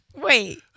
Wait